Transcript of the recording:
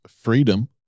freedom